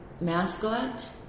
mascot